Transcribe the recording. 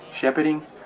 shepherding